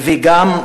וגם,